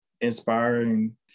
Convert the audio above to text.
inspiring